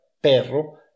perro